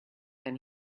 than